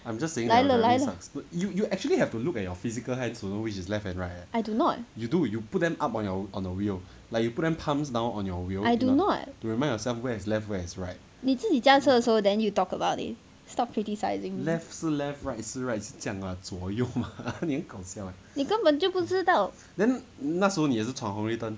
来了来了 I do not I do not 你自己驾车的时候 then you talk about it stop criticising 你根本就不知道